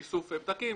איסוף פתקים.